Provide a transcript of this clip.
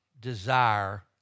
desire